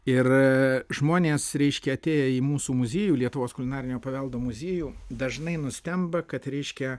ir žmonės reiškia atėję į mūsų muziejų lietuvos kulinarinio paveldo muziejų dažnai nustemba kad reiškia